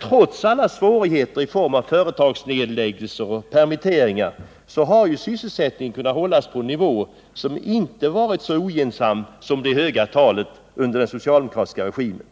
Trots alla svårigheter i form av företagsnedläggelser och permitteringar har sysselsättningen kunnat hållas på en nivå som inte varit så ogynnsam som det höga talet under den socialdemokratiska regimen.